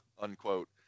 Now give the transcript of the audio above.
unquote